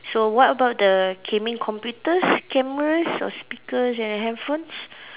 so what about the gaming computers cameras or speakers and the handphones